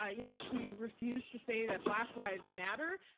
ah you know she refused to say that black lives matter.